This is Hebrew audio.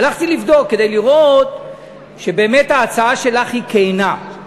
הלכתי לבדוק כדי לראות שבאמת ההצעה שלך היא כנה.